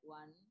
one